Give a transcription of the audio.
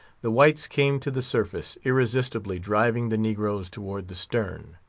the whites came to the surface, irresistibly driving the negroes toward the stern.